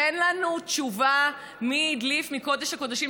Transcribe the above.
תן לנו תשובה מי הדליף מקודש-הקודשים,